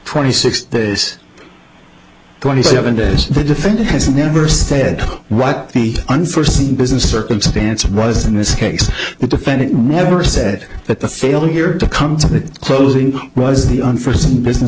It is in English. twenty six this twenty seven days the defendant has never said what the unforeseen business circumstance was in this case the defendant never said that the failure to come to the closing was the unforseen business